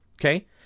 Okay